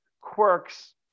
quirks